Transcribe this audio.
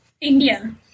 India